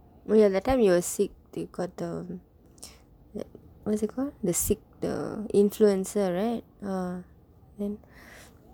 oh ya that time you were sick you got the what is it called the sick the influenza right then